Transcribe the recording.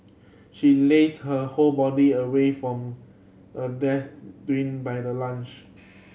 she lazed her whole body away from a by the lunch